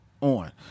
on